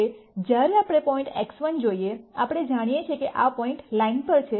હવે જ્યારે આપણે પોઇન્ટ X1 જોઈએ આપણે જાણીએ છીએ કે પોઇન્ટ લાઈન પર છે